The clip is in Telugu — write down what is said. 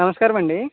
నమస్కారము అండి